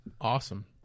awesome